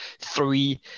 three